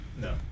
No